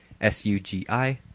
S-U-G-I